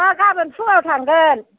अह गाबोन फुङाव थांगोन